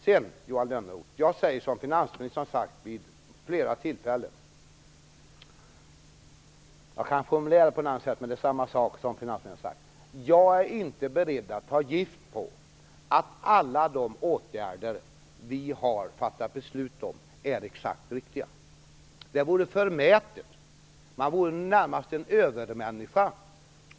Sedan, Johan Lönnroth, säger jag som finansministern har gjort vid flera tillfällen, även om jag kanske formulerar det på ett annat sätt: Jag är inte beredd att ta gift på att alla de åtgärder vi har fattat beslut om är exakt riktiga. Det vore förmätet. Kunde man vara säker på det vore man närmast en övermänniska.